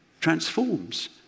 transforms